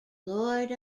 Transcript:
lord